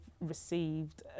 received